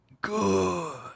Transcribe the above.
Good